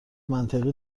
منطقی